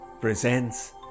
presents